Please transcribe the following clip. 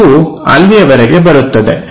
ಇದು ಅಲ್ಲಿಯವರೆಗೆ ಬರುತ್ತದೆ